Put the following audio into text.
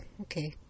okay